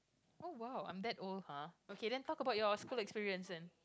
oh !wow! I'm that old !huh! okay then talk about your school experience then